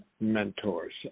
mentors